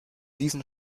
diesen